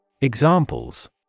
Examples